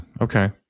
okay